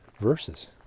verses